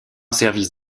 service